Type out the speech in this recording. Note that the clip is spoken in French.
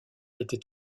était